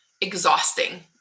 exhausting